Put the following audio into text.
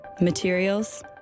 materials